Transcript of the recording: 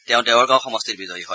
তেওঁ দেৱৰগাওঁ সমষ্টিত বিজয়ী হয়